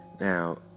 Now